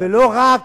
זה לא רק